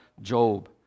Job